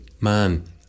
man